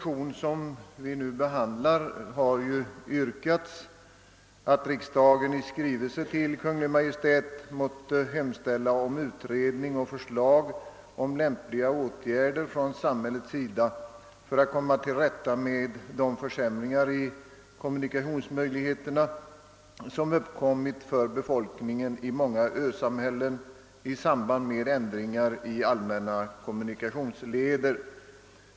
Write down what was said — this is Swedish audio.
I förevarande motioner yrkas, att riksdagen i skrivelse till Kungl. Maj:t måtte hemställa angående utredning och förslag om lämpliga åtgärder från samhällets sida för att komma till rätta med de försämringar i kommunikationsmöjligheterna som uppkommit för befolkningen i många ösamhällen i samband med ändringar i allmänna kommunikationsleder.